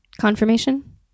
confirmation